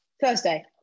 Thursday